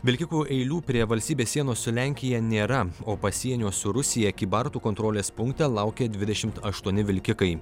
vilkikų eilių prie valstybės sienos su lenkija nėra o pasienio su rusija kybartų kontrolės punkte laukia dvidešimt aštuoni vilkikai